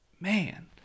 Man